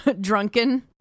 drunken